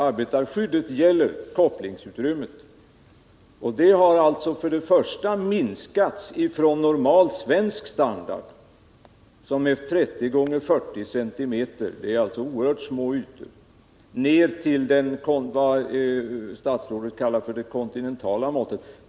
Arbetarskyddet gäller kopplingsutrymmet, och detta har alltså för det första minskats från normal svensk standard, som är 30 x 40 cm — det är sålunda oerhört små ytor — ned till vad statsrådet kallar det kontinentala måttet.